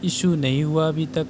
issue نہیں ہوا ابھی تک